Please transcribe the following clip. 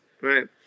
right